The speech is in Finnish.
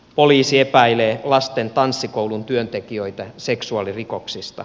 poliisi epäilee lasten tanssikoulun työntekijöitä seksuaalirikoksista